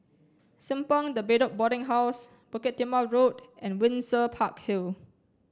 Simpang De Bedok Boarding House Bukit Timah Road and Windsor Park Hill